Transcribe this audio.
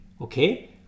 Okay